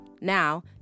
Now